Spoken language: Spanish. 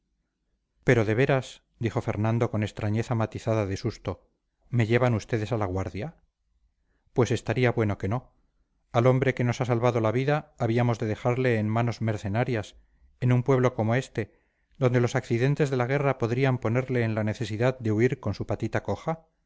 pero de veras dijo fernando con extrañeza matizada de susto me llevan ustedes a la guardia pues estaría bueno que no al hombre que nos ha salvado la vida habíamos de dejarle en manos mercenarias en un pueblo como este donde los accidentes de la guerra podrían ponerle en la necesidad de huir con su patita coja